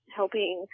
helping